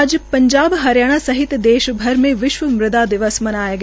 आज पंजाब हरियाणा सहित देशभर में विश्व मृद्गा दिवस मनाया गया